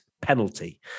penalty